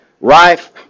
rife